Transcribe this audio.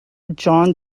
john